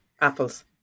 Apples